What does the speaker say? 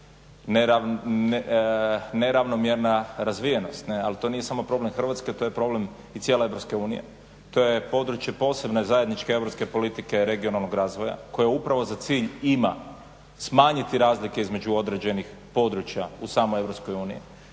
neravnomjerna razvijenost, ali to nije samo problem Hrvatske, to je problem i cijele EU. To je područje posebne zajedničke europske politike regionalnog razvoja koja upravo za cilj ima smanjiti razlike između određenih područja u samoj EU. To je